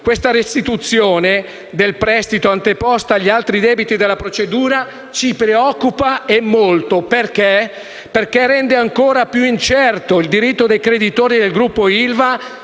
Questa restituzione del prestito anteposta agli altri debiti della procedura ci preoccupa molto. Perché? Perché rende ancora più incerto il diritto dei creditori del Gruppo ILVA